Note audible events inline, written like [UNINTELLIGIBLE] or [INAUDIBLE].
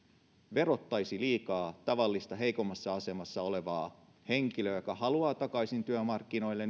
verottaisi liikaa tavallista heikommassa asemassa olevaa henkilöä joka haluaa takaisin työmarkkinoille [UNINTELLIGIBLE]